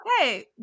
okay